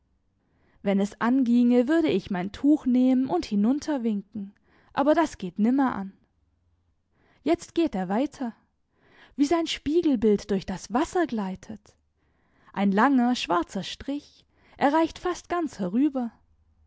wenn es anginge würde ich mein tuch nehmen und hinunter winken aber das geht nimmer an jetzt geht er weiter wie sein spiegelbild durch das wasser gleitet ein langer schwarzer strich er reicht fast ganz herüber